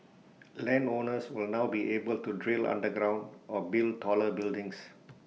land owners will now be able to drill underground or build taller buildings